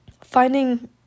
finding